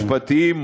משפטיים,